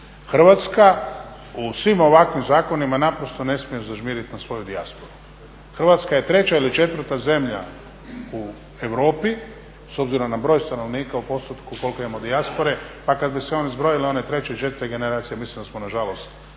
Hrvatska u svim ovakvim zakonima naprosto ne smije zažmiriti na svoju dijasporu. Hrvatska je treća ili četvrta zemlja u Europi s obzirom na broj stanovnika u postotku koliko imamo dijaspore, pa kad bi se one zbrojile, one treće i četvrte generacije mislim da smo na žalost